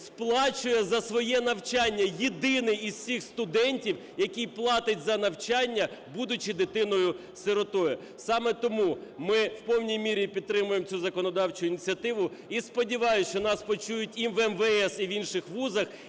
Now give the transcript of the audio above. сплачує за своє навчання, єдиний із всіх студентів, який платить за навчання, будучи дитиною-сиротою. Саме тому ми в повній мірі підтримуємо цю законодавчу ініціативу, і сподіваюсь, що нас почують і в МВС, і в інших вузах